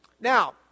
now